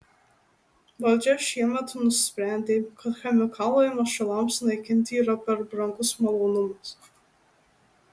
valdžia šiemet nusprendė kad chemikalai mašalams naikinti yra per brangus malonumas